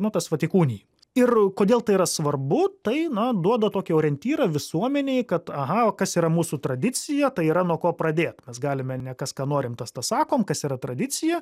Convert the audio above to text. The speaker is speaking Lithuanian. na tas vat įkūnijimas ir kodėl tai yra svarbu tai na duoda tokį orientyrą visuomenei kad aha kas yra mūsų tradicija tai yra nuo ko pradėt mes galime ne kas ką norim tas tą pasakom kas yra tradicija